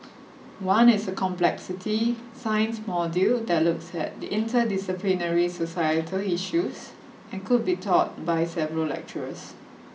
one is a complexity science module that looks at interdisciplinary societal issues and could be taught by several lecturers